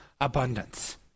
abundance